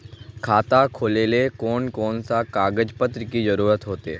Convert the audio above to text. खाता खोलेले कौन कौन सा कागज पत्र की जरूरत होते?